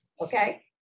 okay